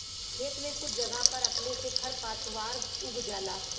खेत में कुछ जगह पर अपने से खर पातवार उग जाला